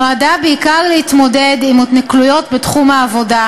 נועדה בעיקר להתמודד עם התנכלויות בתחום העבודה,